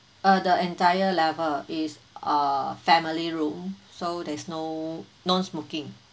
uh the entire level is uh family room so there is no non smoking